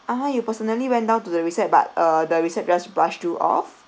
(uh huh) you personally went down to the recep~ but uh the recep~ just brush you off